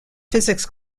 physics